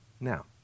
Now